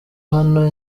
hano